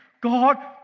God